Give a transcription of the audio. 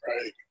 right